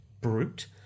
brute